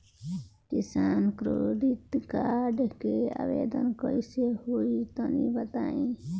किसान credit card के आवेदन कईसे होई तनि बताई?